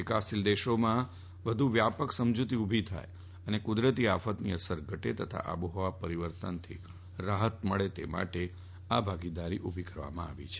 વિકાસશીલ દેશોમાં વધુ વ્યાપક સમજુતી ઉભી થાય અને ક્રદરતી આફતોની અસર ઘટે તથા આબોહવા પરિવર્તનથી રાહત મળે તે માટે આ વૈશ્વિક ભાગીદારી ઉભી કરવામાં આવી છે